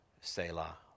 Selah